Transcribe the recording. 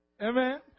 Amen